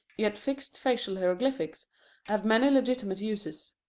yet fixed facial hieroglyphics have many legitimate uses.